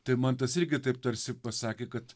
tai man tas irgi taip tarsi pasakė kad